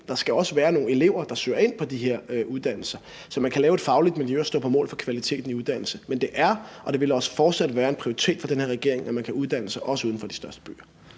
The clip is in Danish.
der skal også være nogle elever, der søger ind på de her uddannelser, så man kan lave et fagligt miljø og stå på mål for kvaliteten i uddannelsen. Men det er og vil også fortsat være en prioritet for den her regering, at man kan uddanne sig, også uden for de største byer.